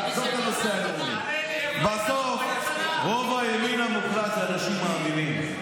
בסוף רוב הימין המוחלט הוא אנשים מאמינים,